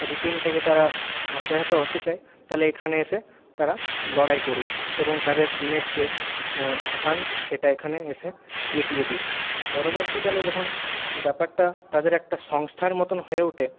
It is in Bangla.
রুটিন থেকে তারা অব্যহত হতে চায় তাহলে এখানে এসে তারা লড়াই করুক এবং তাদের দিনের যে থকান সেটা এখানে এসে মিটিয়ে দিক পরবর্তীকালে যখন ব্যাপারটা তাদের একটা সংস্থার মতন হয়ে ওঠে